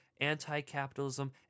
anti-capitalism